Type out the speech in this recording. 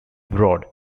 abroad